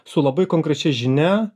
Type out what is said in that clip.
su labai konkrečia žinia